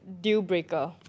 deal-breaker